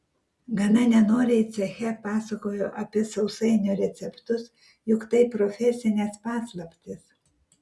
gana nenoriai ceche pasakojo apie sausainių receptus juk tai profesinės paslaptys